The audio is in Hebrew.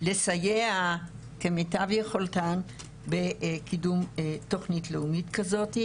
לסייע כמיטב יכולתן בקידום תוכנית לאומית כזאת.